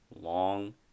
long